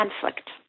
conflict